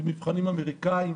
במבחנים אמריקאיים,